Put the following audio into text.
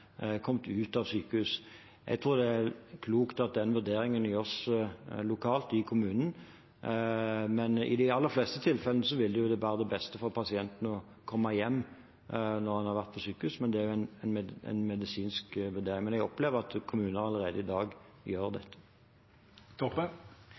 kommet ut av sykehuset. Jeg tror det er klokt at den vurderingen gjøres lokalt, i kommunen. I de aller fleste tilfellene vil det være det beste for pasienten å komme hjem når en har vært på sykehus, men det er en medisinsk vurdering. Jeg opplever at kommuner allerede i dag gjør dette. Ein har òg utvida desse tilboda til å gjelda rus- og psykiatripasientar. Eg har stilt helseministeren spørsmål om det